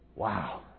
Wow